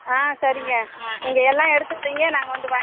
ஆ சரிங்க நீங்கள் எல்லாம் எடுத்து வைங்க நாங்கள் வந்து வாங்